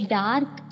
dark